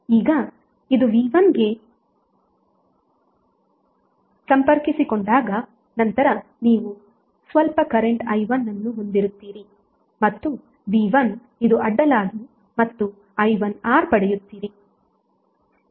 ಈಗ ಇದು V1ಗೆ ಸಂಪರ್ಕವೇರ್ಪಡಿಸಿಕೊಂಡಾಗ ನಂತರ ನೀವು ಸ್ವಲ್ಪ ಕರೆಂಟ್ i1 ಅನ್ನು ಹೊಂದಿರುತ್ತೀರಿ ಮತ್ತು V1 ಇದು ಅಡ್ಡಲಾಗಿ ಮತ್ತು i1R ಪಡೆಯುತಿರಿ